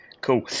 cool